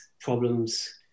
problems